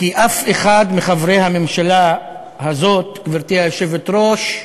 כי אף אחד מחברי הממשלה הזאת, גברתי היושבת-ראש,